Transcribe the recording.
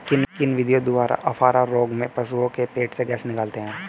किन विधियों द्वारा अफारा रोग में पशुओं के पेट से गैस निकालते हैं?